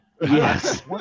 Yes